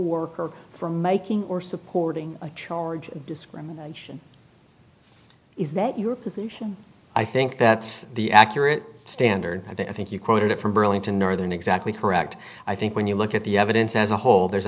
worker from making or supporting a charge of discrimination is that your position i think that's the accurate standard i think you quoted it from burlington northern exactly correct i think when you look at the evidence as a whole there's